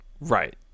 Right